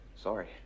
Sorry